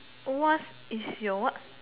what is your what